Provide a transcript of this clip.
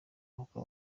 nuko